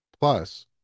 Plus